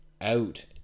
out